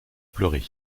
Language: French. pleurer